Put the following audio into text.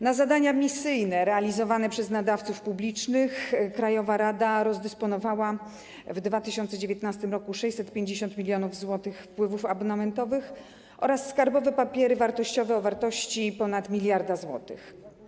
Na zadania misyjne realizowane przez nadawców publicznych krajowa rada rozdysponowała w 2019 r. 650 mln zł z wpływów abonamentowych oraz skarbowe papiery wartościowe o wartości ponad 1 mld zł.